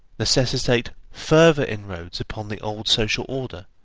necessitate further inroads upon the old social order,